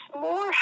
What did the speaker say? more